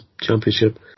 championship